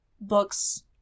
books